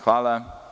Hvala.